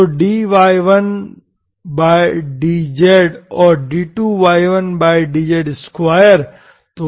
तो dy1dz और d2y1dz2 तो वह 0 है